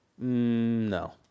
no